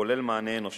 כולל מענה אנושי.